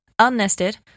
unnested